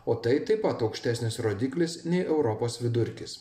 o tai taip pat aukštesnis rodiklis nei europos vidurkis